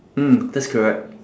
mm that's correct